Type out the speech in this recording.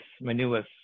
maneuvers